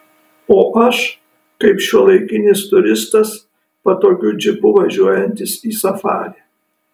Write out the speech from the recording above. o aš kaip šiuolaikinis turistas patogiu džipu važiuojantis į safarį